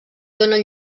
donen